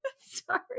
Sorry